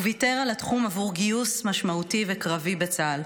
הוא ויתר על התחום עבור גיוס משמעותי וקרבי בצה"ל.